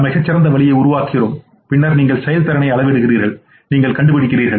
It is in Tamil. நாம் மிகச் சிறந்த வழியை உருவாக்குகிறோம் பின்னர் நீங்கள் செயல்திறனை அளவிடுகிறீர்கள் நீங்கள் கண்டுபிடிக்கிறீர்கள்